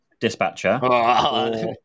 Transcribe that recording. dispatcher